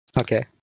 Okay